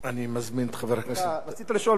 רצית לשאול משהו, חבר הכנסת טיבי?